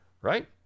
right